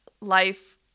life